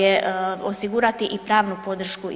je osigurati i pravnu podršku i pomoć.